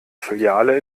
filiale